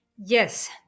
Yes